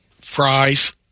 fries